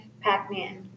Pac-Man